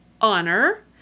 honor